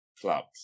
clubs